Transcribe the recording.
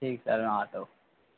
ठीक सर हम आतो